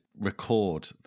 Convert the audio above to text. record